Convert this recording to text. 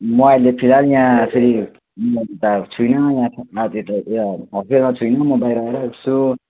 म अहिले फिलहाल यहाँ फेरि म भ्याएको छुइनँ यहाँ हस्पिटलमा छुुइनँ म बाहिर बाहिर बस्छु